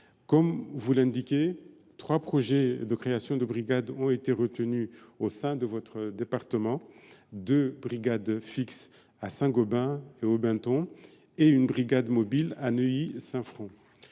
Comme vous l’indiquez, trois projets de création de brigades ont été retenus dans votre département : deux brigades fixes, à Saint Gobain et Aubenton, et une brigade mobile, à Neuilly Saint Front.